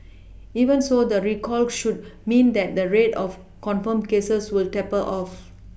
even so the recall should mean that the rate of confirmed cases will taper off